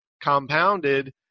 compounded